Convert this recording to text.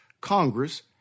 Congress